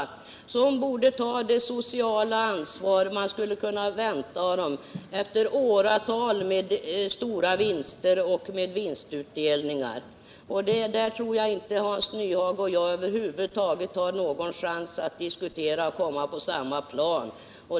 Dessa industrier borde ta det sociala ansvar man kan vänta sig av dem efter åratal av stora vinster och vinstutdelningar. Men på den punkten tror jag inte att Hans Nyhage och jag har någon chans att genom diskussion komma på samma linje.